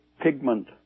pigment